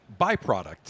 byproduct